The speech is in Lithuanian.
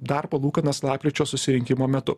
dar palūkanas lapkričio susirinkimo metu